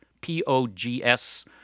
P-O-G-S